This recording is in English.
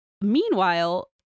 Meanwhile